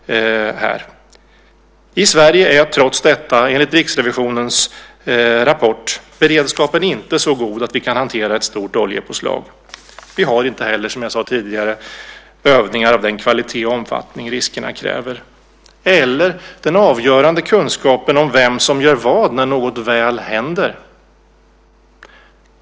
I Sverige är trots detta, enligt Riksrevisionens rapport, beredskapen inte så god att vi kan hantera ett stort oljeutsläpp. Vi har inte heller, som jag sade tidigare, övningar av den kvalitet och omfattning som riskerna kräver eller den avgörande kunskapen om vem som gör vad när något väl händer.